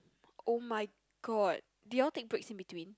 oh my god did you all take breaks in between